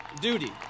duty